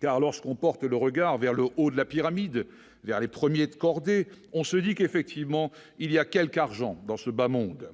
Car lorsqu'on porte le regard vers le haut de la pyramide, il y a les premiers de cordée, on se dit qu'effectivement il y a quelque argent dans ce bas monde,